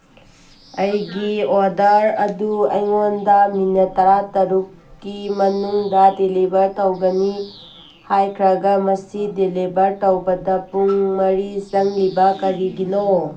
ꯑꯩꯒꯤ ꯑꯣꯗꯔ ꯑꯗꯨ ꯑꯩꯉꯣꯟꯗ ꯃꯤꯅꯠ ꯇꯔꯥꯇꯔꯨꯛꯀꯤ ꯃꯅꯨꯡꯗ ꯗꯤꯂꯤꯚꯔ ꯇꯧꯒꯅꯤ ꯍꯥꯏꯈ꯭ꯔꯒ ꯃꯁꯤ ꯗꯤꯂꯤꯚꯔ ꯇꯧꯕꯗ ꯄꯨꯡ ꯃꯔꯤ ꯆꯪꯂꯤꯕ ꯀꯔꯤꯒꯤꯅꯣ